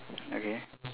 okay